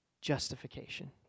justification